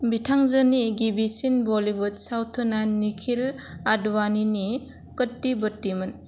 बिथांजोनि गिबिसिन बलीवुड सावथुना निखिल आडवाणीनि कट्टी बट्टीमोन